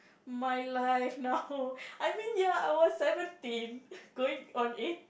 my life now I mean ya I was seventeen going on eight